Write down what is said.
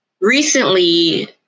recently